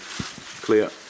clear